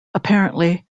apparently